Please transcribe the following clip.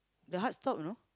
the heart stop you know